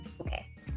okay